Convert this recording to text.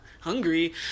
hungry